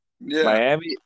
Miami